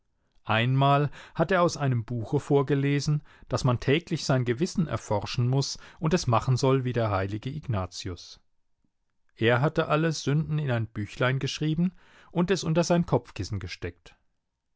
einmal hat er aus einem buche vorgelesen daß man täglich sein gewissen erforschen muß und es machen soll wie der heilige ignatius er hatte alle sünden in ein büchlein geschrieben und es unter sein kopfkissen gesteckt